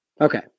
Okay